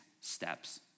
steps